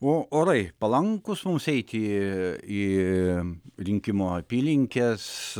orai palankūs mums eiti į rinkimų apylinkes